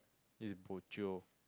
is bo jio